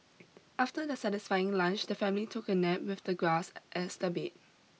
after their satisfying lunch the family took a nap with the grass as their bed